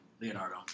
Leonardo